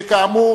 שכאמור,